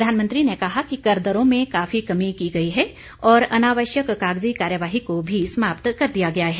प्रधानमंत्री ने कहा कि कर दरों में काफी कमी की गई है और अनावश्यक कागजी कार्यवाही को भी समाप्त कर दिया गया है